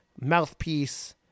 Mouthpiece